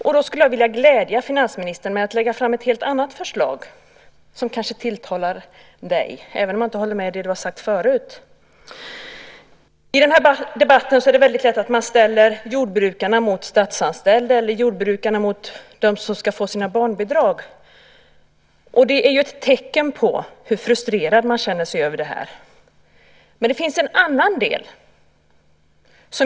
Jag skulle vilja glädja finansministern med att lägga fram ett helt annat förslag som kanske tilltalar dig, även om jag inte håller med om det du har sagt förut. I debatten är det väldigt lätt att man ställer jordbrukarna mot statsanställda, eller jordbrukarna mot dem som ska få sina barnbidrag. Det är ett tecken på hur frustrerad man känner sig över detta. Men det finns en annan del.